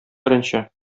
беренче